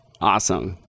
awesome